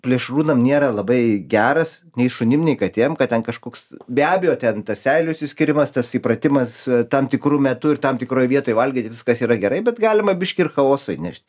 plėšrūnam nėra labai geras nei šunim nei katėm kad ten kažkoks be abejo ten tas seilių išsiskyrimas tas įpratimas tam tikru metu ir tam tikroj vietoj valgyti viskas yra gerai bet galima biškį ir chaoso įnešt